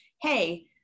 hey